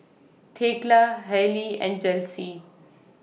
Thekla Hailie and Chelsi